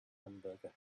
hamburger